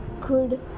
good